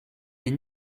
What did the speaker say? est